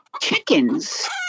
chickens